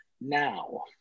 now